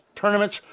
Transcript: tournaments